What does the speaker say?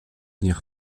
devenir